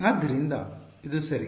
ಆದ್ದರಿಂದ ಇದು ಸರಿ